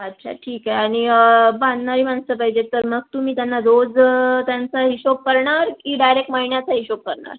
अच्छा ठीक आहे आणि बांधणारी माणसं पाहिजेत तर मग तुम्ही त्यांना रोज त्यांचा हिशोब करणार की डायरेक्ट महिन्याचा हिशोब करणार